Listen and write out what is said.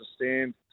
understand